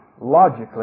logically